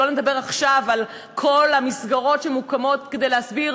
שלא לדבר עכשיו על כל המסגרות שמוקמות כדי להסביר.